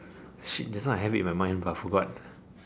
shit this one I have it in my mind but I forgot